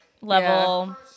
level